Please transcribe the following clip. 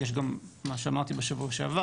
יש גם את מה שאמרתי בשבוע שעבר,